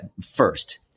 first